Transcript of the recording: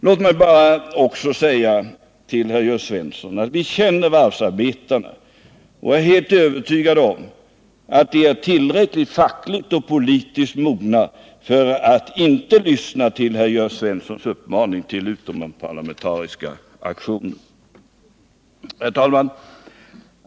Låt mig också säga till herr Jörn Svensson att vi känner varvsarbetarna och är helt övertygade om att de är tillräckligt fackligt och politiskt mogna för att inte lyssna till herr Jörn Svenssons uppmaning till utomparlamentariska aktioner. Herr talman!